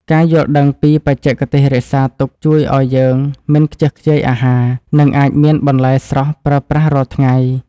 ការយល់ដឹងពីបច្ចេកទេសរក្សាទុកជួយឱ្យយើងមិនខ្ជះខ្ជាយអាហារ និងអាចមានបន្លែស្រស់ប្រើប្រាស់រាល់ថ្ងៃ។